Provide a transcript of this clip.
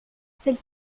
celle